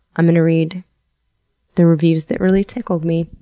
i'm going to read the reviews that really tickled me.